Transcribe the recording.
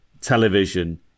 television